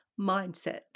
Mindset